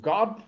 God